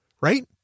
Right